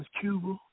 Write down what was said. Cuba